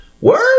Word